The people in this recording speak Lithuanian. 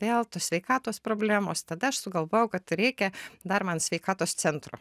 vėl tos sveikatos problemos tada aš sugalvojau kad reikia dar man sveikatos centro